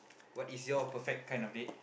what is your perfect kind of date